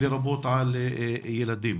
לרבות על ילדים.